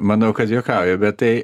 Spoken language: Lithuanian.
manau kad juokauju bet tai